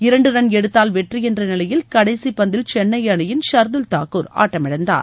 இரண்டு ரன் எடுத்தால் வெற்றி என்ற நிலையில் கடைசி பந்தில் சென்னை அணியின் ஷர்துல் தாக்கூர் ஆட்டமிழந்தார்